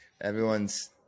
Everyone's